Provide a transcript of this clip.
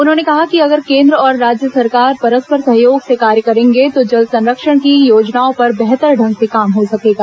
उन्होंने कहा कि अगर केन्द्र और राज्य सरकार परस्पर सहयोग से कार्य करेंगे तो जल संरक्षण की योजनाओं पर बेहतर ढंग से काम हो सकेगा